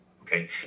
Okay